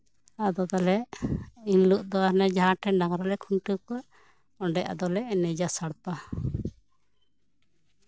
ᱟᱫᱚ ᱛᱟᱦᱚᱞᱮ ᱮᱱᱦᱤᱞᱳᱜ ᱫᱚ ᱚᱱᱮ ᱡᱟᱦᱟᱸ ᱴᱷᱮᱱ ᱰᱟᱝᱨᱟ ᱞᱮ ᱠᱷᱩᱱᱴᱟᱹᱣ ᱚᱸᱰᱮ ᱟᱫᱚ ᱞᱮ ᱮᱱᱮᱡᱟ ᱥᱟᱲᱯᱟ